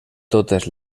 totes